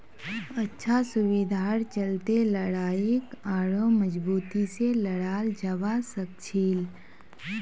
अच्छा सुविधार चलते लड़ाईक आढ़ौ मजबूती से लड़ाल जवा सखछिले